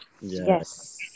Yes